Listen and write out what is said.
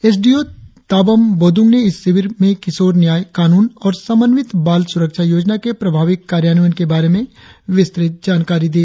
S D O Tabam Bodung ने इस शिविर में किशोर न्याय कानून और समन्वित बाल सुरक्षा योजना के प्रभावी कार्यान्वयन के बारे में विस्तृत जानकारी दी